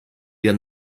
wir